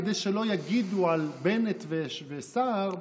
כדי שלא יגידו על בנט וסער,